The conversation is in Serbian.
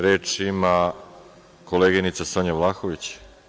Reč ima koleginica Sonja Vlahović.